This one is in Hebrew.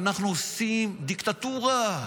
אנחנו עושים דיקטטורה.